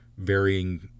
varying